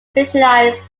visualized